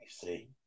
see